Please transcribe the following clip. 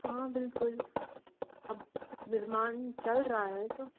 हाँ बिल्कुल अब निर्माण चल रहा है तो